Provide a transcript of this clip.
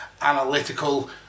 analytical